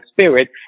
spirit